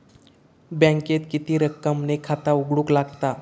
बँकेत किती रक्कम ने खाता उघडूक लागता?